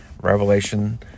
Revelation